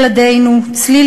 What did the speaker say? ילדינו צליל,